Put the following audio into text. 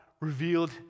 revealed